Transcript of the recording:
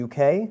UK